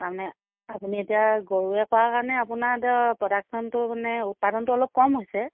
তাৰমানে আপুনি এতিয়া গৰুৱে কৰাৰ কাৰণে আপোনাৰ এতিয়া প্ৰডাকচনটো মানে উৎপাদনটো অলপ কম হৈছে